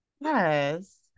Yes